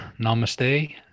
Namaste